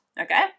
Okay